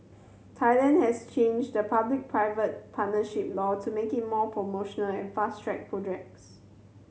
Thailand has changed the public private partnership law to make it more promotional and fast track projects